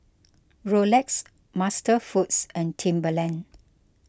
Rolex MasterFoods and Timberland